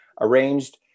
arranged